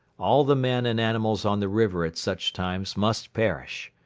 all the men and animals on the river at such times must perish.